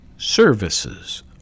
Services